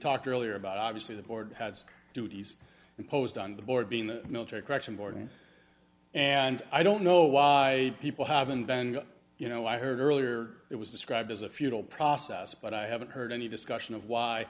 talked earlier about obviously the board has duties imposed on the board being the military correction boarding and i don't know why people haven't been you know i heard earlier it was described as a futile process but i haven't heard any discussion of why